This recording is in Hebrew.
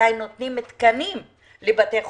מתי נותנים תקנים לבתי החולים,